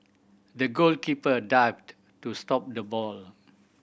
the goalkeeper dived to stop the ball